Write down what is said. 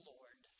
Lord